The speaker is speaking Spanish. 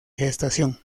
gestación